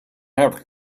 have